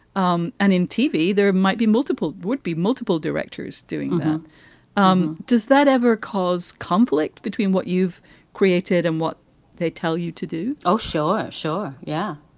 um and in tv, there might be multiple would be multiple directors doing that. um does that ever cause conflict between what you've created and what they tell you to do? oh, sure. sure, yeah.